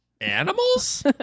animals